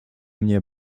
mnie